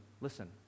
Listen